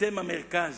אתם המרכז,